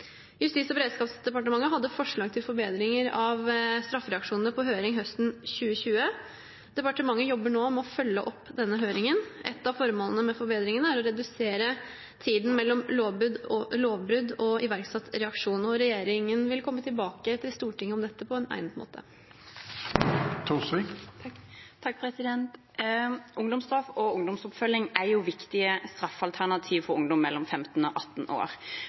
Justis- og beredskapsdepartementet hadde forslag til forbedringer av straffereaksjonene på høring høsten 2020. Departementet jobber nå med å følge opp denne høringen. Ett av formålene med forbedringene er å redusere tiden mellom lovbrudd og iverksatt reaksjon. Regjeringen vil komme tilbake til Stortinget om dette på egnet måte. Ungdomsstraff og ungdomsoppfølging er viktige straffalternativer for ungdom mellom 15 og 18 år.